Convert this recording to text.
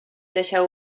deixeu